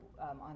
on